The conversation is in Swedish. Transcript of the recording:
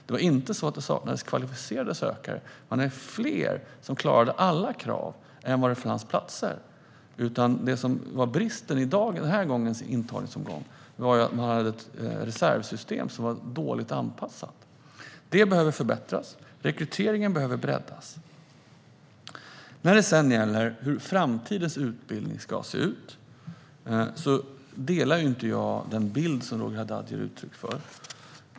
Det var inte heller så att det saknades kvalificerade sökande; antalet sökande som klarade alla krav var större än antalet platser. Bristen i den här antagningsomgången var i stället att man hade ett reservsystem som var dåligt anpassat. Det behöver förbättras, och rekryteringen behöver breddas. När det sedan gäller hur framtidens utbildning ska se ut delar jag inte den bild Roger Haddad ger uttryck för.